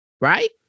right